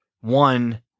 one